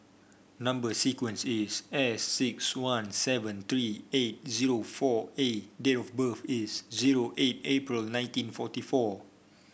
number sequence is S six one seven three eight zero four A date of birth is zero eight April nineteen forty four